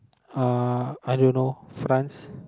uh I don't know France